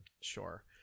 sure